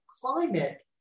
climate